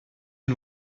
une